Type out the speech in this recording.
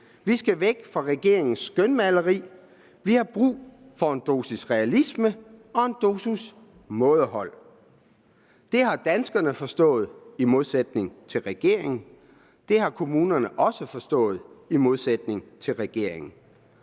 Vi skal væk fra regeringen skønmaleri. Vi har brug for en dosis realisme og en dosis mådehold. Det har danskerne forstået i modsætning til regeringen. Det har kommunerne også forstået i modsætning til regeringen.